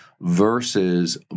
versus